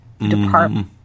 department